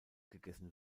gegessen